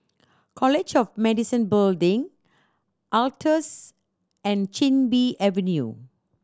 College of Medicine Building Altez and Chin Bee Avenue